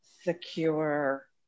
secure